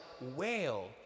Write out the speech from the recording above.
Whale